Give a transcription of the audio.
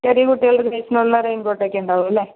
ചെറിയ കുട്ടികളുടെ സൈസിനുള്ള റെയിൻ കോട്ട് ഒക്കെ ഉണ്ടാവും അല്ലേ